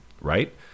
right